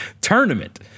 tournament